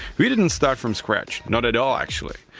we didn't start from scratch, not at all actually.